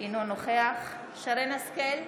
אינו נוכח שרן מרים השכל,